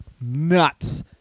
nuts